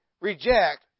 reject